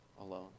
alone